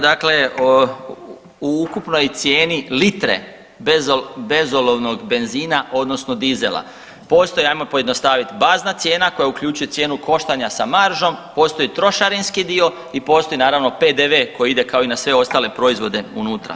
Dakle, u ukupnoj cijeni litre bezolovnog benzina odnosno dizela postoji hajmo pojednostaviti bazna cijena koja uključuje cijenu koštanja sa maržom, postoji trošarinski dio i postoji naravno PDV koji ide kao i na sve ostale proizvode unutra.